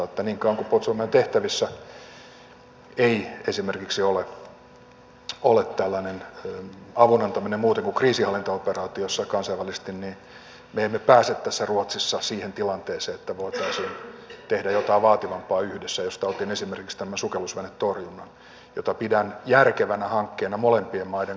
niin kauan kuin puolustusvoimien tehtävissä ei esimerkiksi ole tällainen avun antaminen muuten kuin kriisinhallintaoperaatioissa kansainvälisesti niin me emme pääse ruotsin kanssa siihen tilanteeseen että voitaisiin tehdä jotain vaativampaa yhdessä josta otin esimerkiksi tämän sukellusvenetorjunnan jota pidän järkevänä hankkeena molempien maiden kannalta